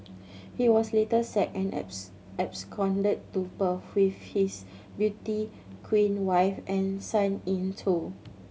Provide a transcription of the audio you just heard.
he was later sacked and absconded to Perth with his beauty queen wife and son in tow